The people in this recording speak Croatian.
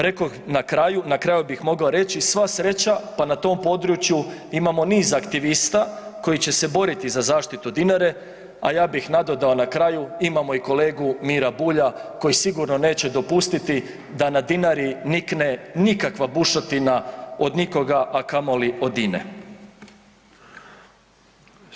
Rekoh na kraju, na kraju bi mogao reći, sva sreća pa na tom području imamo niz aktivista koji će se boriti za zaštitu Dinare a ja bih nadodao na kraju, imamo i kolegu Miru Bulja koji sigurno neće dopustiti da na Dinari nikne nikakva bušotina od nikoga a kamoli od INA-e.